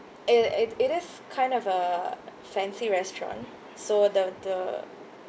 it it it is kind of a fancy restaurant so the the